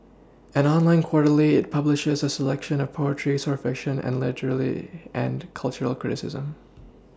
an online quarterly it publishes a selection of poetry short fiction and literary and cultural criticism